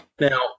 Now